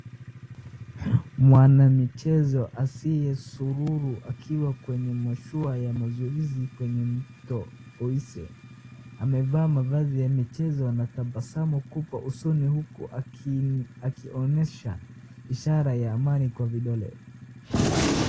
Mwanamichezo Asiye Sururu akiwa kwenye mashua ya mazoezi kwenye mto Oise , amevaa mavazi ya mchezo na tabasamu kubwa usoni huku akionyesha, ishara ya amani kwa vidole.